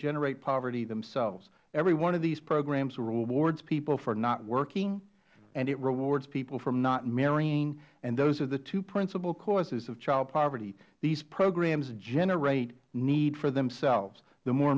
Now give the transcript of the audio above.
generate poverty themselves every one of these programs will reward people for not working and it rewards people for not marrying and those are the two principle causes of child poverty these programs generate need for themselves the more